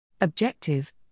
Objective